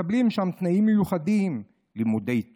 מקבלים שם תנאים מיוחדים: לימודי תואר,